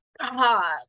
God